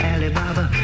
Alibaba